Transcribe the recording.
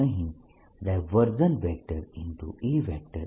અહીં E0 છે